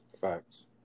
Facts